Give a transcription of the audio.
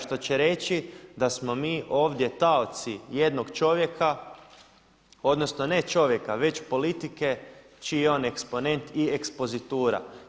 Što će reći da smo mi ovdje taoci jednog čovjeka odnosno ne čovjeka već politike čiji je on eksponent i ekspozitura.